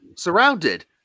Surrounded